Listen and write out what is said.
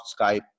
Skype